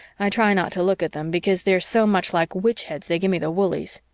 i try not to look at them because they are so much like witch heads they give me the woolies.